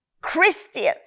Christians